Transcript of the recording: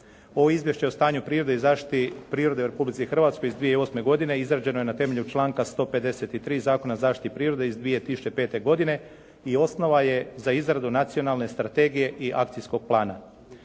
Ovo izvješće o stanju prirode i zaštiti prirode u Republici Hrvatskoj iz 2008. godine izrađeno na temelju članka 153. Zakona o zaštiti prirode iz 2005. godine i osnova je za izradu nacionalne strategije i akcijskog plana.